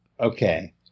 Okay